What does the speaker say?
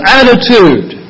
attitude